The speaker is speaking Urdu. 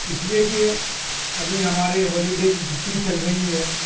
اس لیے کہ ابھی ہمارے ہالیڈے کی چھٹی چل رہی ہے